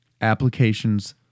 applications